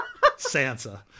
Sansa